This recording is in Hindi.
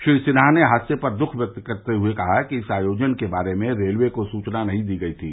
श्री सिन्हा ने हादसे पर दुख प्रकट करते हुए कहा कि इस आयोजन के बारे में रेलवे को सूचना नहीं दी गयी थी